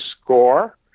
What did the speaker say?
score